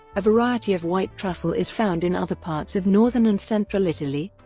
a variety of white truffle is found in other parts of northern and central italy,